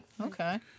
Okay